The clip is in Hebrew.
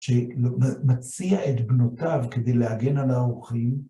שמציע את בנותיו כדי להגן על האורחים.